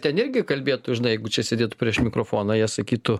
ten irgi kalbėtų žinai jeigu čia sėdėtų prieš mikrofoną jie sakytų